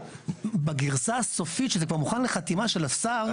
בגרסה הסופית שזה כבר מוכן לחתימה של השר,